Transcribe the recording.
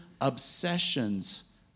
obsessions